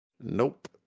Nope